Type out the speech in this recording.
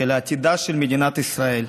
אלא עתידה של מדינת ישראל.